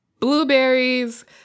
blueberries